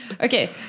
Okay